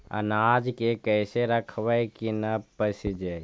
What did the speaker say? अनाज के कैसे रखबै कि न पसिजै?